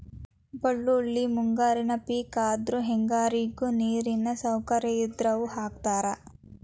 ಬಳ್ಳೋಳ್ಳಿ ಮುಂಗಾರಿ ಪಿಕ್ ಆದ್ರು ಹೆಂಗಾರಿಗು ನೇರಿನ ಸೌಕರ್ಯ ಇದ್ದಾವ್ರು ಹಾಕತಾರ